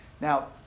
Now